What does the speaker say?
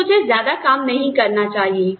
तो मुझे ज्यादा काम नहीं करना चाहिए